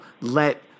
let